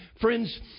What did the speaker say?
Friends